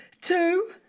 two